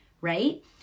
right